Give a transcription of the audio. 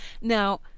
Now